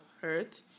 hurt